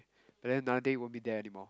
but then another day it won't be there anymore